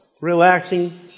relaxing